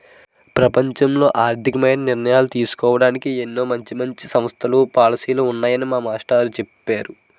ప్రపంచంలో ఆర్థికపరమైన నిర్ణయాలు తీసుకోడానికి ఎన్నో మంచి మంచి సంస్థలు, పాలసీలు ఉన్నాయని మా మాస్టారు చెప్పేరు